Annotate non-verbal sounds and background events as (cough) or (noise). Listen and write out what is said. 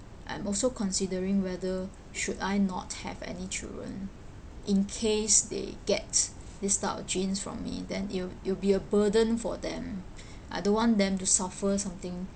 I'm also considering whether should I not have any children in case they get this type of genes from me then it'll it'll be a burden for them (breath) I don't want them to suffer something